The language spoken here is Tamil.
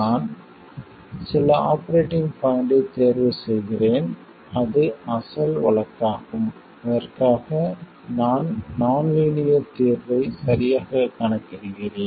நான் சில ஆபரேட்டிங் பாய்ண்ட்டைத் தேர்வு செய்கிறேன் அது அசல் வழக்காகும் அதற்காக நான் நான் லீனியர் தீர்வை சரியாகக் கணக்கிடுகிறேன்